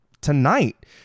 tonight